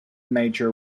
major